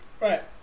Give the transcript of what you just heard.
Right